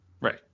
Right